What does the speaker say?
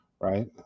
right